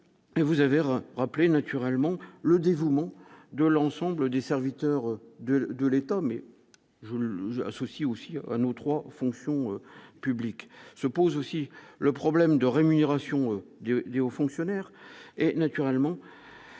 et vous avez ras appelé naturellement le dévouement de l'ensemble des serviteurs de de l'État, mais je l'associe aussi à nos 3 fonctions publiques, se pose aussi le problème de rémunération du liés aux fonctionnaires et naturellement